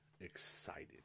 excited